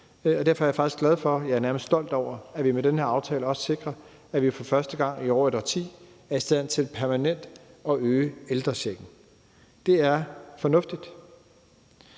for, ja, nærmest stolt over, at vi med den her aftale også sikrer, at vi for første gang i over et årti er i stand til permanent at øge ældrechecken. Det er fornuftigt.